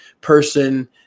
person